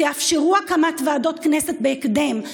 תאפשרו הקמת ועדות כנסת בהקדם,